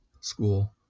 school